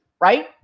right